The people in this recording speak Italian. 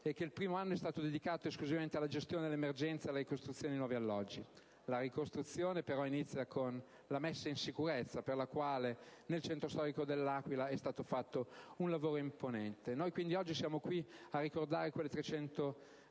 e che: «Il primo anno è stato dedicato esclusivamente alla gestione dell'emergenza e alla costruzione dei nuovi alloggi. La ricostruzione però inizia con la messa in sicurezza, per la quale nel centro storico dell'Aquila è stato fatto un lavoro imponente». Noi oggi siamo qui a ricordare quelle 309